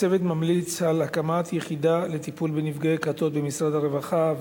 הצוות ממליץ על הקמת יחידה לטיפול בנפגעי כתות במשרד הרווחה,